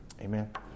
Amen